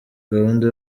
gahunda